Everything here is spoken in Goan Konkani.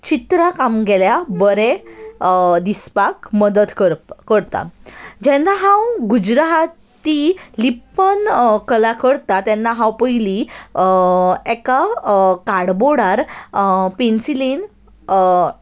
चित्रांक आमगेल्या बरें दिसपाक मदत कर करता जेन्ना हांव गुजरात ती लिप्पन कला करतां तेन्ना हांव पयलीं एका कार्डबोर्डार पेन्सिलेन